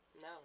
No